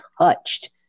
touched